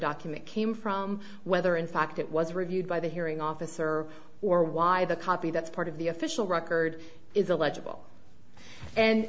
document came from whether in fact it was reviewed by the hearing officer or why the copy that's part of the official record is a legible and